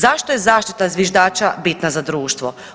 Zašto je zaštita zviždača bitna za društvo?